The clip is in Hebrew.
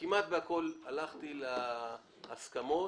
כמעט בכל הלכתי להסכמות,